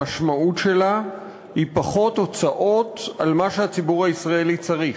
המשמעות שלה היא פחות הוצאות על מה שהציבור הישראלי צריך.